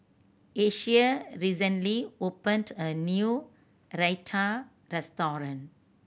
Asia recently opened a new Raita restaurant